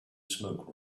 smoke